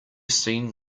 seen